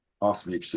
Awesome